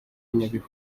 nyabihu